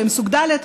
שהם סוג ד',